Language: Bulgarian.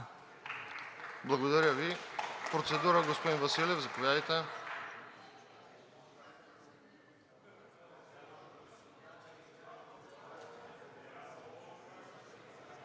Благодаря Ви. Процедура, господин Василев, заповядайте.